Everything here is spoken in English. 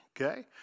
okay